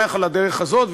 שמח על הדרך הזאת,